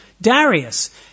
Darius